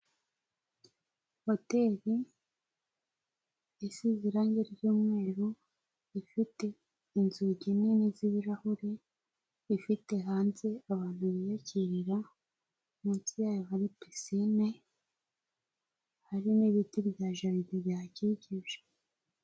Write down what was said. Hoteri isize irangi ry'umweru ifite inzugi nini z'ibirahure, ifite hanze abantu biyakirira, munsi yayo hari pisine, hari n'ibiti bya jaride bihakikije.